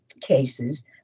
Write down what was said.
cases